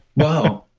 wow.